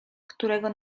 którego